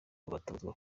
batozwa